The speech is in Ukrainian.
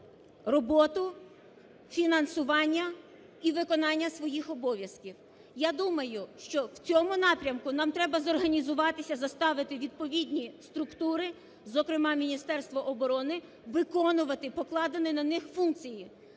роботу, фінансування і виконання своїх обов'язків. Я думаю, що в цьому напрямку нам треба зорганізуватися, заставити відповідні структури, зокрема Міністерство оброни, виконувати покладені на них функції: